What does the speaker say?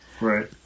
Right